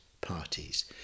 parties